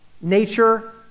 nature